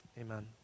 amen